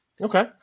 Okay